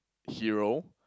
hero